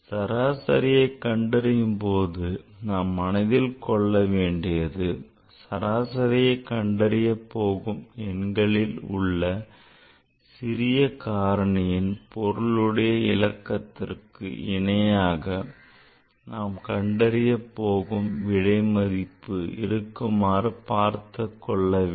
சராசரியை கண்டறியும் போது நாம் மனதில் வைத்துக்கொள்ள வேண்டியது சராசரியை கண்டறிய போகும் எண்களில் உள்ள சிறிய காரணியின் பொருளுடைய இலக்கத்திற்கு இணையாக நாம் கண்டறிய போகும் சராசரி விடை மதிப்பு இருக்குமாறு பார்த்துக் கொள்ள வேண்டும்